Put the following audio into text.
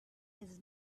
his